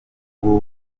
ubu